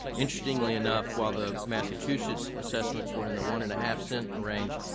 interestingly enough, while the massachusetts assessments were in the one and a half cent range,